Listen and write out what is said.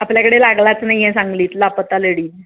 आपल्याकडे लागलाच नाही आहे सांगलीत लापता लेडीज